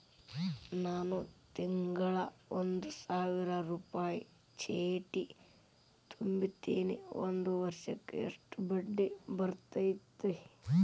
ನಾನು ತಿಂಗಳಾ ಒಂದು ಸಾವಿರ ರೂಪಾಯಿ ಚೇಟಿ ತುಂಬತೇನಿ ಒಂದ್ ವರ್ಷಕ್ ಎಷ್ಟ ಬಡ್ಡಿ ಬರತೈತಿ?